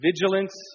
vigilance